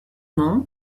nom